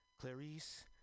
Clarice